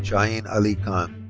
ah i mean ali khan.